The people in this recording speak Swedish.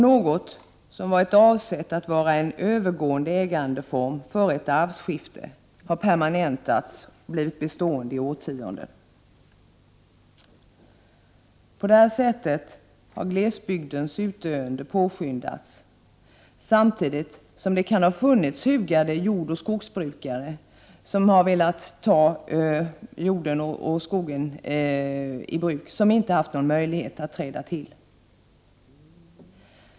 Något som varit avsett att vara en övergående ägandeform före ett arvsskifte, har permanentats och blivit bestående i årtionden. På det sättet har glesbygdens utdöende påskyndats, samtidigt som det kan ha funnits hugade jordoch skogsbrukare som velat ta jorden och skogen i bruk men som inte haft någon möjlighet att träda till.